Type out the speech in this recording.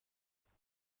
بامزه